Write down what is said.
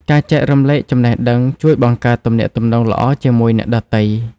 ការចែករំលែកចំណេះដឹងជួយបង្កើតទំនាក់ទំនងល្អជាមួយអ្នកដទៃ។